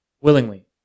willingly